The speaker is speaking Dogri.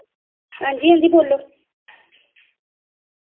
हांजी हांजी बोल्लो